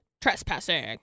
trespassing